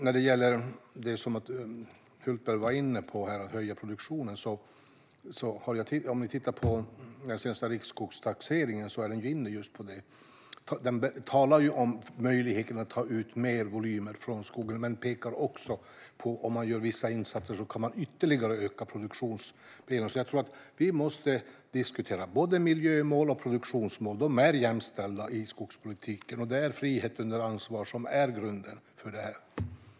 När det gäller det Hultberg var inne på, nämligen att höja produktionen, kan vi titta på den senaste riksskogstaxeringen. Där är man inne på just det: Man talar om möjligheten att ta ut större volymer ur skogen, men man pekar också på att det genom vissa insatser går att ytterligare öka produktionen. Jag tror alltså att vi måste diskutera både miljömål och produktionsmål. De är jämställda i skogspolitiken, och det är frihet under ansvar som är grunden för detta.